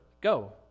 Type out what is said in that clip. Go